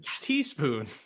Teaspoon